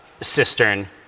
cistern